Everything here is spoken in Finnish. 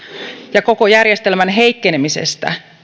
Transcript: ja koko järjestelmän heikkenemisestä